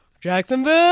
Jacksonville